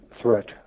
threat